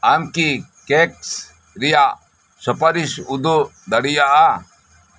ᱟᱢ ᱠᱤ ᱠᱮᱠᱥ ᱨᱮᱭᱟᱜ ᱥᱩᱯᱟᱨᱤᱥ ᱩᱫᱩᱜ ᱫᱟᱲᱤᱭᱟᱜᱼᱟ